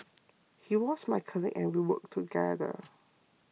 he was my colleague and we worked together